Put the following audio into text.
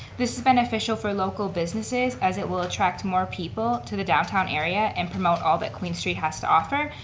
this is beneficial for local businesses as it will attract more people to the downtown area and promote all that queen street has to offer.